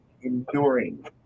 enduring